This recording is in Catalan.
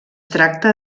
tracta